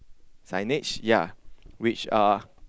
signage ya which uh